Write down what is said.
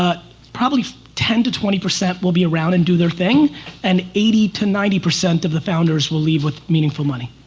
ah probably ten to twenty will be around and do their thing and eighty to ninety percent of the founders will leave with meaningful money.